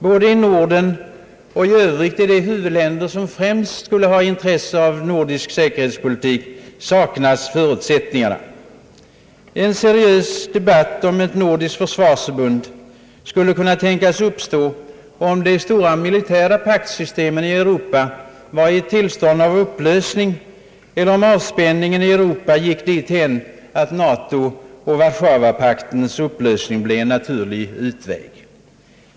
Både i Norden och i de övriga huvudländer som främst skulle ha intresse av en nordisk säkerhetspolitik saknas förutsättningarna. En seriös debatt om ett nordiskt försvarsförbund skulle kunna tänkas uppstå, om de stora militära paktsystemen i Europa var i ett tillstånd av upplösning eller om avspänningen i Europa var sådan att NATO och Warszawapakternas upplösning blev en naturlig utväg.